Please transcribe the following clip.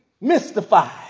mystified